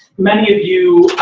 many of you.